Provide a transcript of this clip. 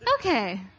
Okay